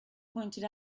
pointed